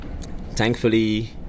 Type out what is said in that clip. Thankfully